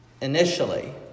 initially